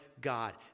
God